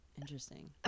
Interesting